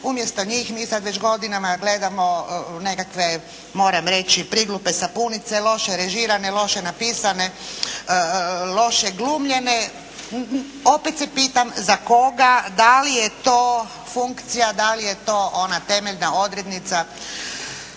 Umjesto njih mi sad već godinama gledamo nekakve moram reći priglupe sapunice, loše režirane, loše napisane, loše glumljene. Opet se pitam za koga? Da li je to funkcija, da li je to ona temeljna odrednica